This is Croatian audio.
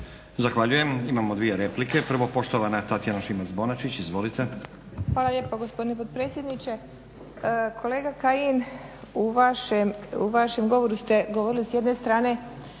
Zahvaljujem. Imamo dvije replike. Prvo poštovana Tatjana Šimac-Bonačić, izvolite. **Šimac Bonačić, Tatjana (SDP)** Hvala lijepa gospodine potpredsjedniče. Kolega Kajin, u vašem govoru ste govorili s jedne strane